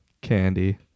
Candy